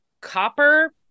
copper